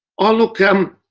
oh look, um